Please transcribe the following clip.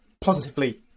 positively